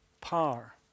power